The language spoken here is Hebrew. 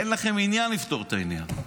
אין לכם עניין לפתור את העניין,